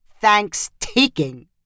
thanks-taking